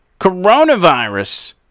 coronavirus